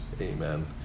amen